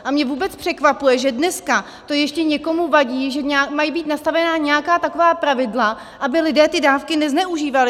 A mě vůbec překvapuje, že dneska ještě někomu vadí, že mají být nastavena nějaká taková pravidla, aby lidé ty dávky nezneužívali.